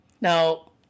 Now